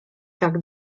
tak